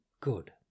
good